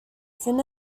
finn